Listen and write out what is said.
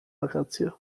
wakacje